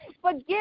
Forgive